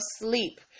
sleep